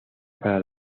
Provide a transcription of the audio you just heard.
separa